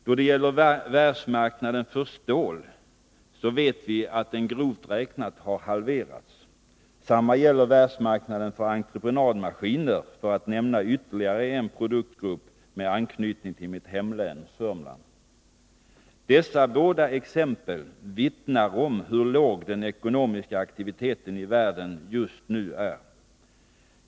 Då det gäller världsmarknaden för stål vet vi att den, grovt räknat, har halverats. Detsamma gäller världsmarknaden för entreprenadmaskiner, för att nämna ytterligare en produkt med anknytning till mitt hemlän Södermanland. Dessa båda exempel vittnar om hur låg den ekonomiska aktiviteten i världen just nu är.